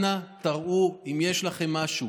אנא, תראו, אם יש לכם משהו.